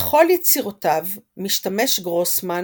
בכל יצירותיו משתמש גרוסמן